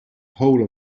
whole